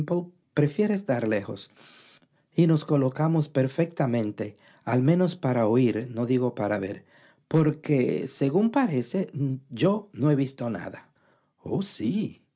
prefiere estar lejos y nos colocamos perfectamente al menos para oír no digo para ver porque según parece no he visto nada oh sí